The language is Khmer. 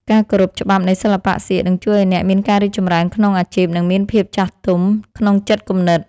ការគោរពច្បាប់នៃសិល្បៈសៀកនឹងជួយឱ្យអ្នកមានការរីកចម្រើនក្នុងអាជីព និង មានភាពចាស់ទុំក្នុងចិត្តគំនិត។